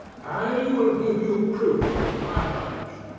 i will give you a proof of my knowledge.